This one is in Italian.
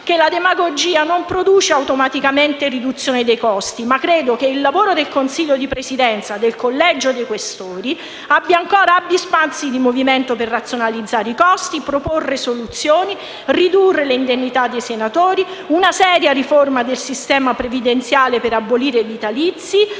grazie a tutti